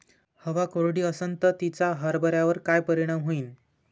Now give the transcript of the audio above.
हवा कोरडी अशीन त तिचा हरभऱ्यावर काय परिणाम होईन?